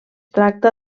tracta